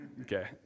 Okay